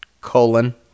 Colon